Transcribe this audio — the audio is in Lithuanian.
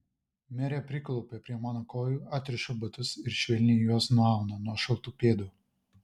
merė priklaupia prie mano kojų atriša batus ir švelniai juos nuauna nuo šaltų pėdų